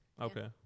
Okay